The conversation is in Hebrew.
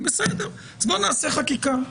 רוצים נעשה חקיקה.